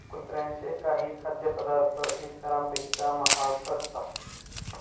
कुत्र्यांचे काही खाद्यपदार्थ इतरांपेक्षा महाग असतात